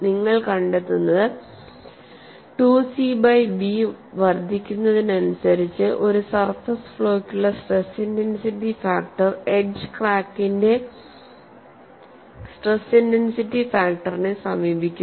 നിങ്ങൾ കണ്ടെത്തുന്നത് 2 C B വർദ്ധിക്കുന്നതിനനുസരിച്ച് ഒരു സർഫസ് ഫ്ളോക്കുള്ള സ്ട്രെസ് ഇന്റൻസിറ്റി ഫാക്ടർ എഡ്ജ് ക്രാക്കിന്റെ സ്ട്രെസ് ഇന്റൻസിറ്റി ഫാക്ടറിനെ സമീപിക്കുന്നു